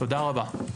תודה רבה.